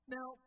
Now